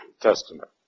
Testament